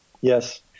yes